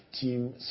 Team